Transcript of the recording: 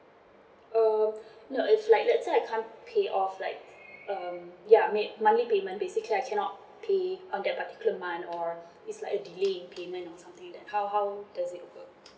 uh no it's like let's say I can't pay off like um ya make monthly payment basically I cannot pay on that particular month or is like a delay in payment or something that how how does it work